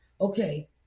Okay